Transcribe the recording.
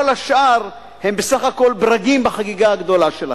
כל השאר הם בסך הכול ברגים בחגיגה הגדולה שלהם.